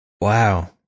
Wow